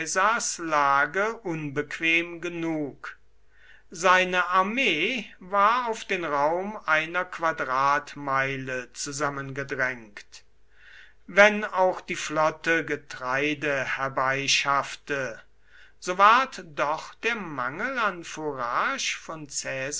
caesars lage unbequem genug seine armee war auf den raum einer quadratmeile zusammengedrängt wenn auch die flotte getreide herbeischaffte so ward doch der mangel an fourage von